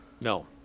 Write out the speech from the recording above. No